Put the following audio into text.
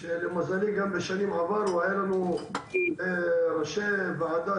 למזלי גם בשנים עברו היו לנו ראשי ועדה